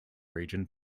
region